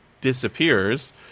disappears